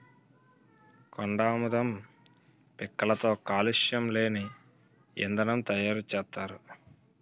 కొండాముదం పిక్కలతో కాలుష్యం లేని ఇంధనం తయారు సేత్తారు